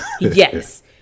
yes